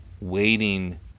Waiting